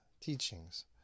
teachings